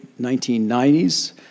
1990s